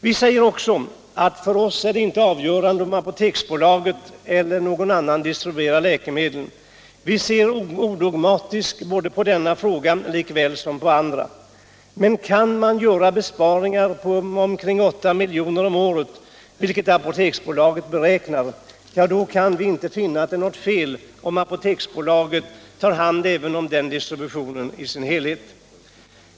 Vi säger också att för oss är det inte avgörande om Apoteksbolaget eller någon annan distribuerar läkemedlen. Vi ser odogmatiskt på denna lika väl som på andra frågor. Men kan man göra besparingar på omkring åtta miljoner om året, vilket Apoteksbolaget beräknar, ja, då kan vi inte finna att det är något fel om Apoteksbolaget tar hand även om den distributionen i sin helhet.